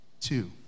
Two